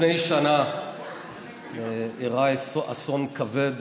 לפני שנה אירע אסון כבד